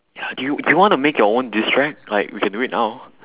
ya do you do you want to make your own diss track like we can do it now